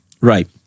Right